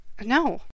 no